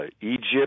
Egypt